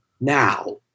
now